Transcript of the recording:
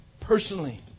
personally